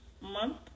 month